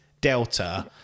delta